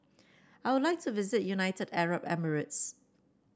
I would like to visit United Arab Emirates